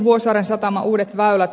vuosaaren satama uudet väylät